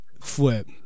flip